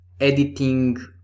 editing